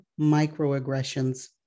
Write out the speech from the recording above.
microaggressions